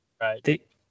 right